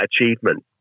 achievement